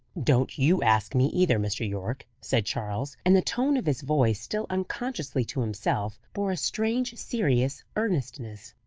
don't you ask me, either, mr. yorke, said charles and the tone of his voice, still unconsciously to himself, bore a strange serious earnestness.